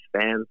fans